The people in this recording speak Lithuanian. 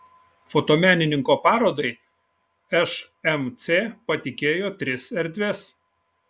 fotomenininko parodai šmc patikėjo tris erdves